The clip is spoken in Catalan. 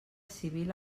civil